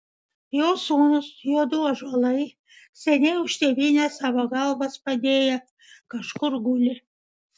jo sūnūs jo du ąžuolai seniai už tėvynę savo galvas padėję kažkur guli